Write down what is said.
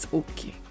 okay